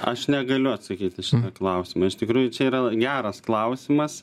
aš negaliu atsakyt į šitą klausimą iš tikrųjų čia yra geras klausimas